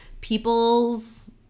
People's